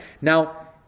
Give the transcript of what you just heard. Now